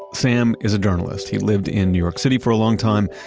sam is a journalist. he'd lived in new york city for a long time,